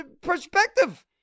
perspective